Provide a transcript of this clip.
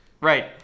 Right